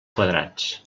quadrats